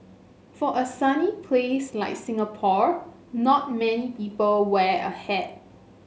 for a sunny place like Singapore not many people wear a hat